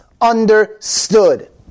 understood